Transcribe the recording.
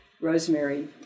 Rosemary